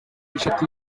ishati